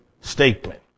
statement